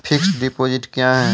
Fixed deposit क्या हैं?